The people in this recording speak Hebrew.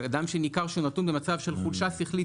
אדם שניכר שהוא נתון במצב של חולשה שכלית,